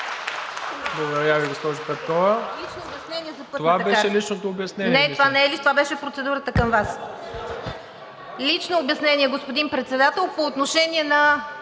Благодаря Ви, господин Председател.